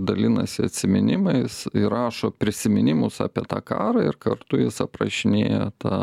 dalinasi atsiminimais įrašo prisiminimus apie tą karą ir kartu jis aprašinėja tą